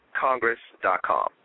congress.com